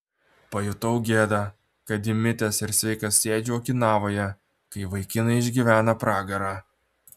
pajutau gėdą kad įmitęs ir sveikas sėdžiu okinavoje kai vaikinai išgyvena pragarą